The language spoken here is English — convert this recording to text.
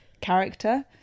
character